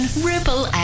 Ripple